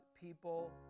people